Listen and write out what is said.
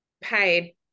paid